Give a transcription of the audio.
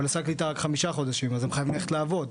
אבל סל הקליטה הוא רק חמישה חודשים אז הם חייבים ללכת לעבוד.